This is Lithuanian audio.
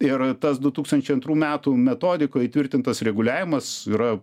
ir tas du tūkstančiai antrų metų metodikoj įtvirtintas reguliavimas yra